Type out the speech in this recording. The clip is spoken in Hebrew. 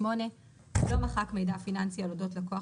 לא מחק מידע פיננסי על אודות לקוח